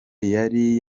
yari